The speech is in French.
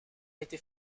été